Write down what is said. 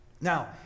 Now